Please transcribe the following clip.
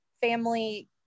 family